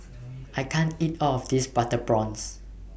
I can't eat All of This Butter Prawns